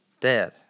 Dad